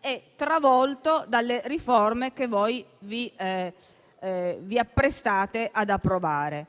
e travolto dalle riforme che vi apprestate ad approvare.